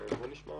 בוא נשמע.